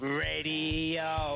radio